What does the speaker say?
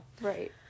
Right